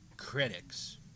critics